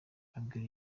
abwira